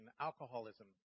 alcoholism